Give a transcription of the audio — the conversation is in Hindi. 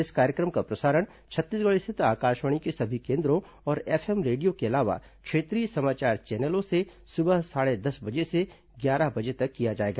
इस कार्यक्रम का प्रसारण छत्तीसगढ़ स्थित आकाशवाणी के सभी केन्द्रों और एफ एम रेडियो के अलावा क्षेत्रीय समाचार चैनलों से सुबह साढ़े दस बजे से ग्यारह बजे तक किया जाएगा